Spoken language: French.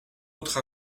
autre